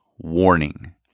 Warning